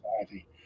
society